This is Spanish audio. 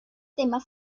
temas